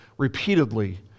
repeatedly